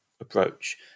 approach